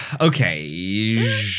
Okay